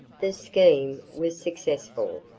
the scheme was successful,